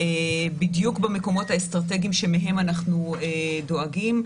בדיוק במקומות האסטרטגיים שמהם אנחנו דואגים.